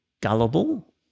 gullible